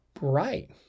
right